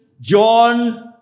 John